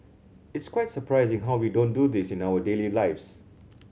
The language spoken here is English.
it's quite surprising how we don't do this in our daily lives